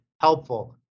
helpful